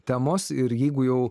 temos ir jeigu jau